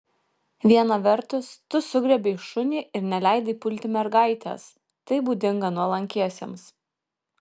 viena vertus tu sugriebei šunį ir neleidai pulti mergaitės tai būdinga nuolankiesiems